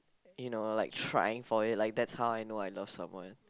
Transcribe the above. you know like trying for it like that's how I know I love someone